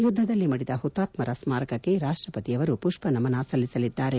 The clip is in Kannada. ಯುದ್ದದಲ್ಲಿ ಮಡಿದ ಹುತಾತ್ಸರ ಸ್ಸಾರಕ್ಕೆ ರಾಷ್ಲಪತಿಯವರು ಪುಷ್ಪನಮನ ಸಲ್ಲಿಸಲಿದ್ದಾರೆ